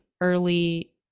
early